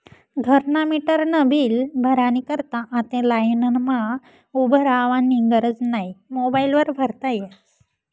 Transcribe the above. घरना मीटरनं बील भरानी करता आते लाईनमा उभं रावानी गरज नै मोबाईल वर भरता यस